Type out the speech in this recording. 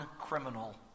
criminal